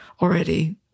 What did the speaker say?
already